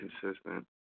consistent